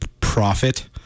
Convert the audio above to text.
profit –